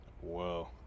Whoa